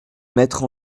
mettre